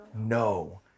No